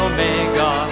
Omega